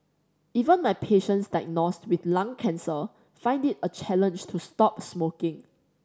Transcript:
even my patients diagnosed with lung cancer find it a challenge to stop smoking